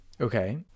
Okay